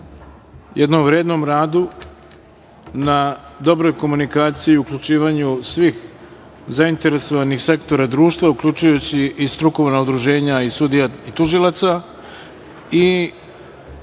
jednom vrednom radu, na dobroj komunikaciji i uključivanju svih zainteresovanih sektora društva, uključujući i strukovna udruženja sudija i